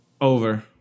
Over